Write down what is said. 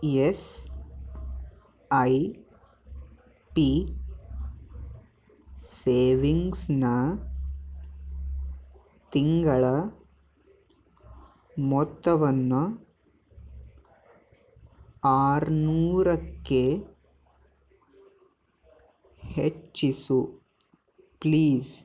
S I P ಸೇವಿಂಗ್ಸ್ನ ತಿಂಗಳ ಮೊತ್ತವನ್ನು ಆರ್ನೂರಕ್ಕೆ ಹೆಚ್ಚಿಸು ಪ್ಲೀಸ್